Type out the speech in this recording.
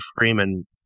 Freeman